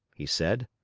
he said,